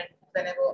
whenever